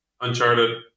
Uncharted